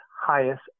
highest